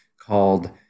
called